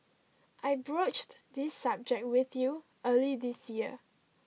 I broached this subject with you early this year